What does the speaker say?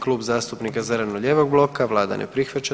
Klub zastupnika zeleno-lijevog bloka, Vlada ne prihvaća.